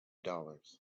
dollars